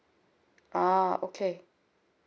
ah okay